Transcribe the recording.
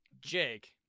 Jake